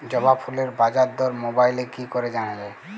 জবা ফুলের বাজার দর মোবাইলে কি করে জানা যায়?